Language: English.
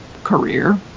career